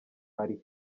ari